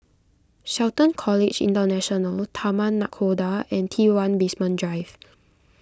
Shelton College International Taman Nakhoda and T one Basement Drive